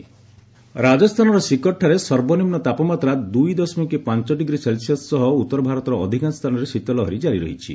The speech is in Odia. କୋଲ୍ଡ ଓଓଭ୍ ରାଜସ୍ଥାନର ଶିକରଠାରେ ସର୍ବନିମ୍ନ ତାପମାତ୍ରା ଦୁଇ ଦଶମିକ୍ ପାଞ୍ଚ ଡିଗ୍ରୀ ସେଲ୍ସିୟସ୍ ସହ ଉତ୍ତର ଭାରତର ଅଧିକାଂଶ ସ୍ଥାନରେ ଶୀତ ଲହରୀ ଜାରି ରହିଛି